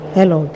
Hello